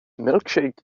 milkshake